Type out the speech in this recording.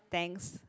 thanks